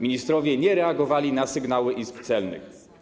Ministrowie nie reagowali na sygnały izb celnych.